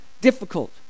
difficult